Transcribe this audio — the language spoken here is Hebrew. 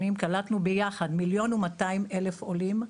קלטנו ביחד מיליון ו-200,000 עולים,